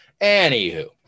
Anywho